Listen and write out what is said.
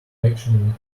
connection